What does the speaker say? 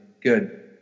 good